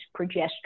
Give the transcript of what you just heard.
progesterone